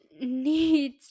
need